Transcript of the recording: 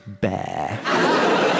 bear